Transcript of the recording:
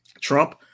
Trump